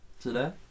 today